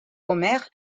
homer